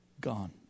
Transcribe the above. gone